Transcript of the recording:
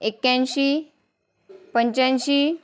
एक्याऐंशी पंच्याऐंशी